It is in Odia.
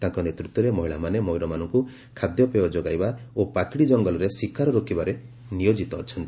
ତାଙ୍କ ନେତୂତ୍ୱରେ ମହିଳାମାନେ ମୟରମାନଙ୍କୁ ଖାଦ୍ୟପେୟ ଯୋଗାଇବା ଓ ପାକିଡ଼ି ଜଙ୍ଗଲରେ ଶିକାର ରୋକିବାରେ ନିୟୋଜିତ ଅଛନ୍ତି